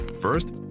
First